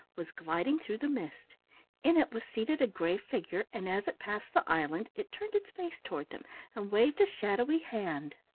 was gliding through the mist in it was seated a gray figure, and as it passed the island it turned its face toward them and waved a shadowy hand.